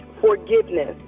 forgiveness